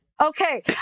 Okay